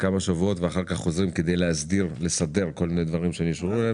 לכמה שבועות ואחר כך חוזרים לארצם כדי לסדר כל מיני דברים שנשארו להם.